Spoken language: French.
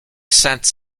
sainte